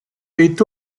est